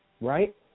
right